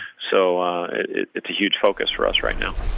so it's a huge focus for us right now.